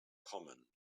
common